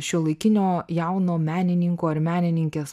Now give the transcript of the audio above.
šiuolaikinio jauno menininko ar menininkės